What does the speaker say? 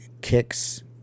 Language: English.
kicks